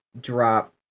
drop